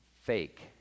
fake